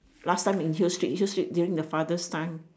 last time in hill street hill street during the father's time